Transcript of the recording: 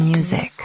Music